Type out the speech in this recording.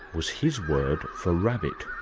was his word for rabbit?